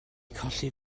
colli